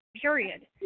period